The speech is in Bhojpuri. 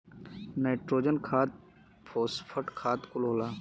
नाइट्रोजन खाद फोस्फट खाद कुल होला